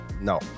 no